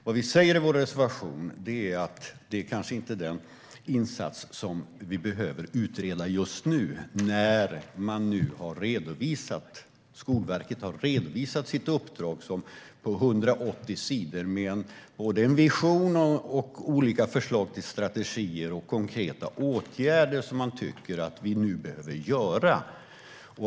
Vad vi säger i vår reservation är att det kanske inte är den insats som vi behöver utreda just nu, när Skolverket har redovisat sitt uppdrag på 180 sidor med både en vision och olika förslag till strategier och konkreta åtgärder som man tycker att vi nu behöver göra.